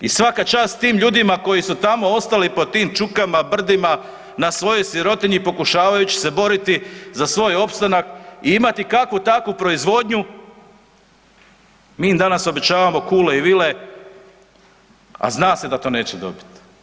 I svaka čast tim ljudima koji su tamo ostali pod tim čukama, brdima, na svojoj sirotinji pokušavajući se boriti za svoj opstanak i imati kakvu-takvu proizvodnju, mi im danas obećavamo kule i vile, a zna se da to neće dobiti.